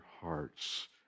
hearts